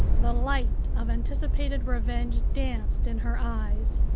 the light of anticipated revenge danced in her eyes.